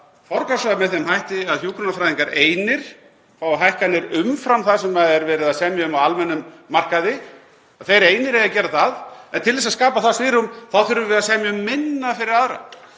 að forgangsraða með þeim hætti að hjúkrunarfræðingar einir fái hækkanir umfram það sem er verið að semja um á almennum markaði, að þeir einir eigi að gera það? En til þess að skapa það svigrúm þá þurfum við að semja um minna fyrir aðra.